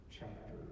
chapter